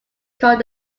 called